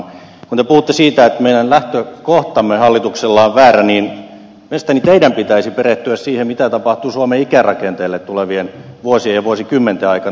kun te puhuitte siitä että meidän lähtökohtamme hallituksella on väärä niin mielestäni teidän pitäisi perehtyä siihen mitä tapahtuu suomen ikärakenteelle tulevien vuosien ja vuosikymmenten aikana